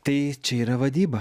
tai čia yra vadyba